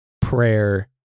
prayer